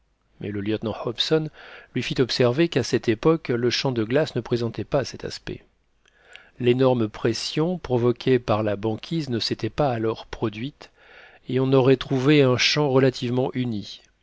mais le lieutenant hobson lui fit observer qu'à cette époque le champ de glace ne présentait pas cet aspect l'énorme pression provoquée par la banquise ne s'était pas alors produite et on aurait trouvé un champ relativement uni